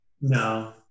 no